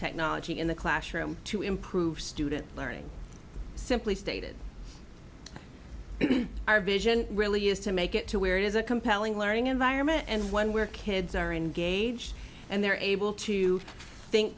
technology in the classroom to improve student learning simply stated our vision really is to make it to where it is a compelling learning environment and one where kids are engaged and they're able to think